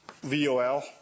VOL